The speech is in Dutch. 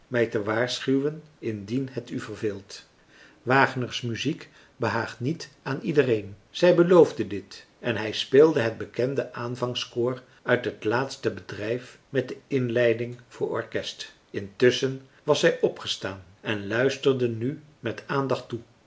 mij te waarschuwen indien het u verveelt wagners muziek behaagt niet aan iedereen zij beloofde dit en hij speelde het bekende aanvangskoor uit het laatste bedrijf met de inleiding voor orkest intusschen was zij opgestaan en luisterde nu met aandacht toe